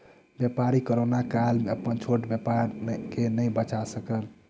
व्यापारी कोरोना काल में अपन छोट व्यापार के नै बचा सकल